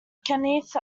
kenneth